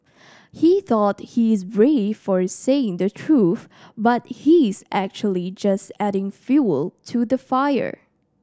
he thought he's brave for saying the truth but he's actually just adding fuel to the fire